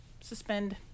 suspend